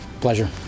Pleasure